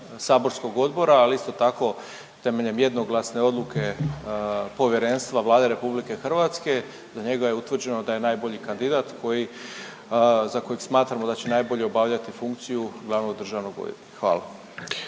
saborskog odbora, ali isto tako temeljem jednoglasne odluke Povjerenstva Vlade RH za njega je utvrđeno da je najbolji kandidat koji za kojeg smatramo da će najbolje obavljati funkciju glavnog državnog odvjetnika. Hvala.